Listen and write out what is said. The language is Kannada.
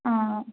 ಆಂ